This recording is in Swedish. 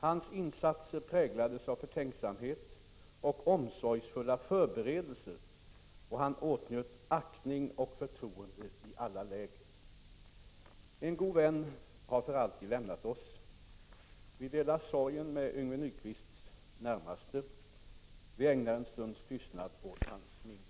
Hans insatser präglades av förtänksamhet och omsorgsfulla förberedelser, och han åtnjöt aktning och förtroende i alla läger. En god vän har för alltid lämnat oss. Vi delar sorgen med Yngve Nyquists närmaste. Vi ägnar en stunds tystnad åt hans minne.